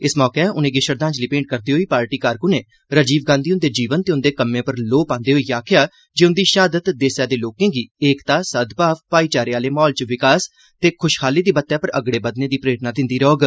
इस मौके उनेंगी श्रद्दांजलि भेंट करदे होई पार्टी कारकूनें राजीव गांधी हुंदे जीवन ते उंदे कम्में पर लोह् पांदे होई आक्खेआ जे उंदी शहादत देसै दे लोकें गी एकता सद्भाव भाईचारे आले म्हौल च विकास ते खुशहाली दी बत्तै पर अगड़े बघने दी प्रेरणा दिंदी रौह्ग